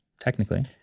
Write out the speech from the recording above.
technically